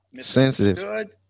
Sensitive